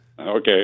Okay